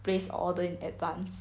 place order in advance